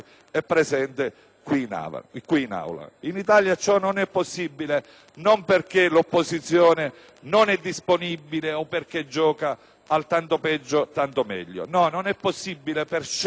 in Aula. In Italia ciò non è possibile non perché l'opposizione non è disponibile o perché gioca al «tanto peggio, tanto meglio»! No, non è possibile per scelta politica